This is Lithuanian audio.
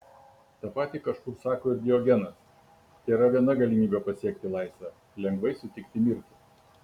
tą patį kažkur sako ir diogenas tėra viena galimybė pasiekti laisvę lengvai sutikti mirtį